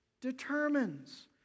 determines